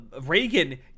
reagan